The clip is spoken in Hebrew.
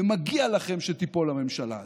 ומגיע לכם שתיפול הממשלה הזאת.